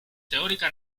teórica